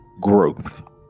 growth